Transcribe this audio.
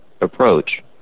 approach